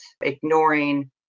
ignoring